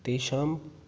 तेषाम्